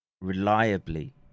reliably